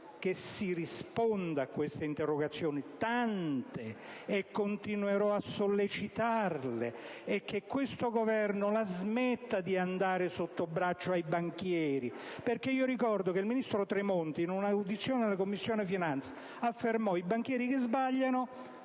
che si risponda a queste interrogazioni (sono tante) che continuerò a sollecitare, e che questo Governo la smetta di andare sottobraccio ai banchieri. Ricordo che il ministro Tremonti, in una audizione alla Commissione finanze, affermò che i banchieri che sbagliano